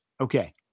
Okay